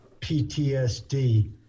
PTSD